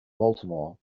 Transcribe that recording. baltimore